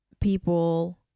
people